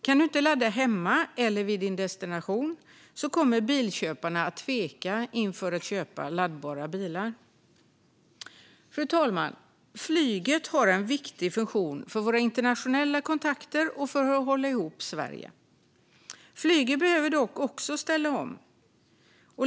Kan man inte ladda hemma eller vid sin destination kommer bilköparna att tveka inför att köpa laddbara bilar. Fru talman! Flyget har en viktig funktion för våra internationella kontakter och för att hålla ihop Sverige. Flyget behöver dock också ställa om.